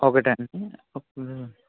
ఒకటి అండి